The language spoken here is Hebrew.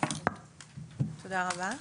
תודה רבה.